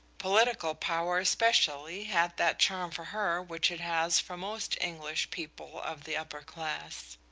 political power especially had that charm for her which it has for most english people of the upper class.